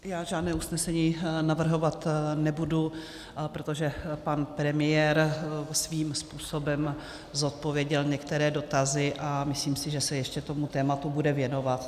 Já žádné usnesení navrhovat nebudu, protože pan premiér svým způsobem zodpověděl některé dotazy a myslím si, že se ještě tématu bude věnovat.